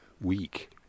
weak